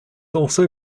also